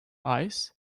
ice